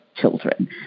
children